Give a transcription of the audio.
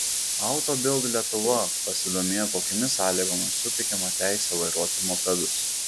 auto bild lietuva pasidomėjo kokiomis sąlygomis suteikiama teisė vairuoti mopedus